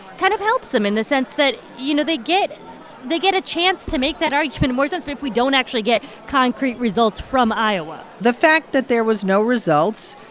kind of helps them in the sense that, you know, they get they get a chance to make that argument make more sense but if we don't actually get concrete results from iowa the fact that there was no results,